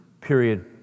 period